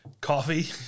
coffee